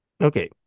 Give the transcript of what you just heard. okay